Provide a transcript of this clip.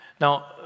Now